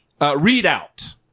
readout